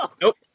Nope